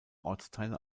ortsteile